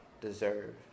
deserve